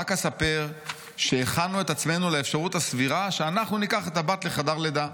רק אספר שהכנו את עצמנו לאפשרות הסבירה שאנחנו ניקח את הבת לחדר לידה,